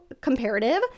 comparative